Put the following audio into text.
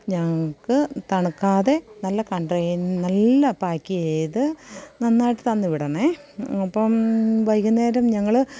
ഞങ്ങള്ക്ക് തണുക്കാതെ നല്ല കണ്ടേയ് നല്ല പായ്ക്കെയ്ത് നന്നായിട്ട് തന്നു വിടണേ അപ്പോള് വൈകുന്നേരം ഞങ്ങള്